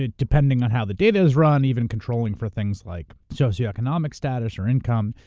ah depending on how the data is run, even controlling for things like socioeconomic status or income,